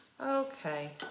Okay